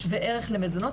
שווה ערך למזונות,